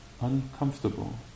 uncomfortable